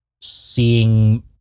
seeing